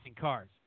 cars